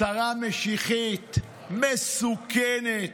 שרה משיחית, מסוכנת,